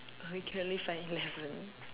but we only can find eleven